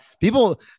people